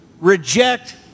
reject